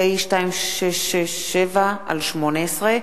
2010, פ/2667/18.